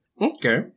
Okay